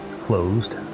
closed